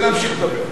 ונמשיך לדבר.